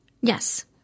Yes